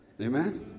Amen